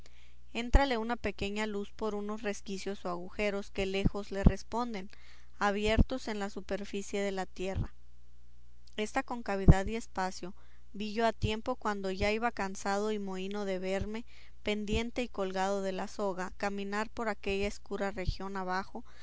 éntrale una pequeña luz por unos resquicios o agujeros que lejos le responden abiertos en la superficie de la tierra esta concavidad y espacio vi yo a tiempo cuando ya iba cansado y mohíno de verme pendiente y colgado de la soga caminar por aquella escura región abajo